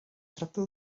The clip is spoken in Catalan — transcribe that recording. tracta